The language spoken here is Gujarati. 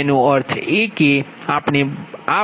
એનો અર્થ એ કે આપણે